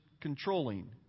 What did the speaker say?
controlling